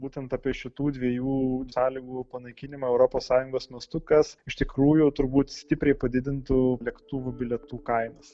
būtent apie šitų dviejų sąlygų panaikinimą europos sąjungos mastu kas iš tikrųjų turbūt stipriai padidintų lėktuvų bilietų kainas